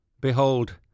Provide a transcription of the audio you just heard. Behold